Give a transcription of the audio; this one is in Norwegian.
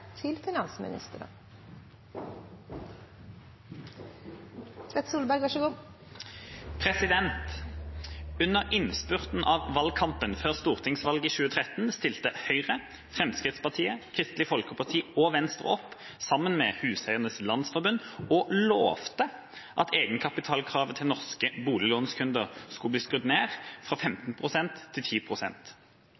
valgkampen før stortingsvalget i 2013 stilte Høyre, Fremskrittspartiet, Kristelig Folkeparti og Venstre opp sammen med Huseiernes Landsforbund og lovte at egenkapitalkravet til norske boliglånskunder skulle bli skrudd ned